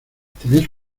tenéis